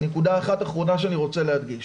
נקודה אחרונה שאני רוצה להדגיש,